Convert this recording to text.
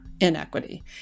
inequity